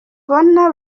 ubona